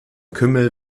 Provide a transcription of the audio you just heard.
kümmel